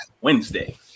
Wednesday